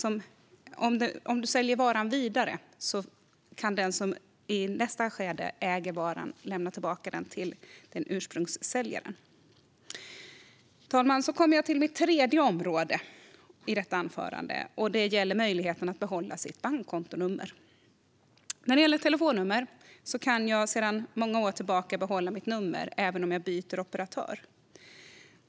Om du då säljer varan vidare kan den som i nästa skede äger varan lämna tillbaka den till ursprungssäljaren. Fru talman! Då kommer jag till mitt tredje område i detta anförande. Det gäller möjligheten att behålla sitt bankkontonummer. Jag kan sedan många år tillbaka behålla mitt telefonnummer även om jag byter operatör.